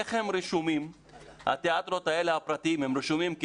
איך התיאטראות הפרטיים רשומים,